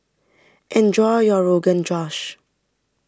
enjoy your Rogan Josh